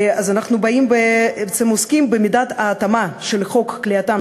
אנחנו בעצם עוסקים במידת ההתאמה של חוק כליאתם